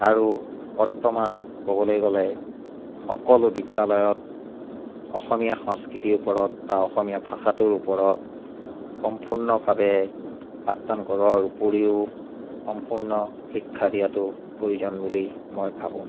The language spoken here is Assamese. আৰু বৰ্তমান ক'বলৈ গ'লে সকলো বিদ্যালয়ত অসমীয়া সংস্কৃতি ওপৰত বা অসমীয়া ভাষাটোৰ ওপৰত সম্পূৰ্ণভাৱে পাঠদান কৰোৱাৰ উপৰিও সম্পূৰ্ণ শিক্ষা দিয়াতো প্ৰয়োজন বুলি মই ভাবোঁ